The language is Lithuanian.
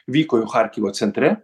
vyko jau charkivo centre